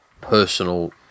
personal